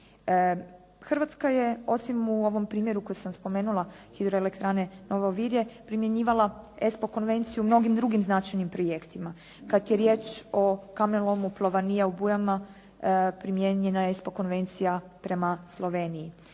Hrvatska je osim u ovom primjeru koji sam spomenula Hidroelektrane Novo Virje primjenjivala ESPO konvenciju u mnogim drugim značajnim projektima, kada je riječ o kamenolomu Plovanija u Bujama primijenjena je isto konvencija prema Sloveniji.